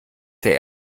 der